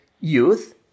youth